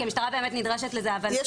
כי המשטרה באמת נדרשת לזה אבל --- יש